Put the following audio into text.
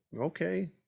okay